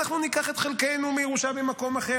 אנחנו ניקח את חלקנו מהירושה במקום אחר,